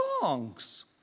songs